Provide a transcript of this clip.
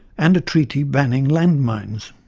and a treaty banning land mines.